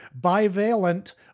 bivalent